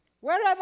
Wherever